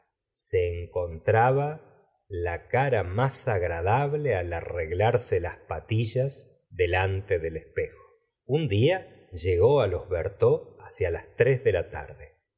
se encontraba la cara más agradable al arreglarse las patillas delante del espejo un día llegó á los berteaux hacia las tres de la tarde